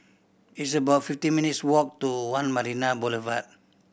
it's about fifty minutes' walk to One Marina Boulevard